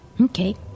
Okay